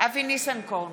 אבי ניסנקורן,